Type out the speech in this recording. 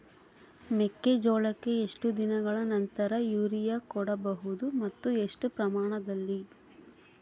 ಮೆಕ್ಕೆಜೋಳಕ್ಕೆ ಎಷ್ಟು ದಿನಗಳ ನಂತರ ಯೂರಿಯಾ ಕೊಡಬಹುದು ಮತ್ತು ಎಷ್ಟು ಪ್ರಮಾಣದಲ್ಲಿ?